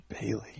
Bailey